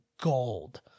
gold